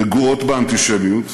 נגועות באנטישמיות.